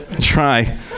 try